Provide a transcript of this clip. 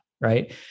right